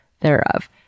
thereof